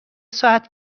ساعت